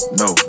no